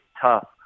tough